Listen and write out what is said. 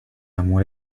amor